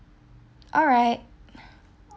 all right